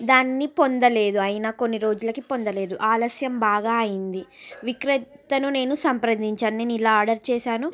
దాన్ని పొందలేదు అయిన కొన్నిరోజులకి పొందలేదు ఆలస్యం బాగా అయ్యింది విక్రేతను నేను సంప్రదించాను నేనిలా ఆర్డర్ చేసాను